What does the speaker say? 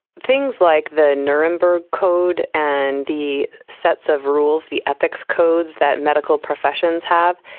things like the nuremberg code and the sets of rules, the ethics codes that medical professions have,